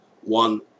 one